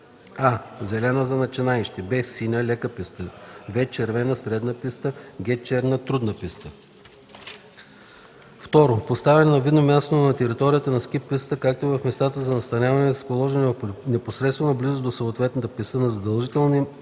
а) зелена – за начинаещи; б) синя – лека писта; в) червена – средна писта; г) черна – трудна писта; 2. поставяне на видно място на територията на ски пистата, както и в местата за настаняване, разположени в непосредствена близост до съответната писта, на задължителни правила